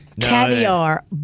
Caviar